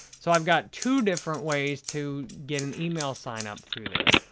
so, i've got two different ways to get an email sign-up through there.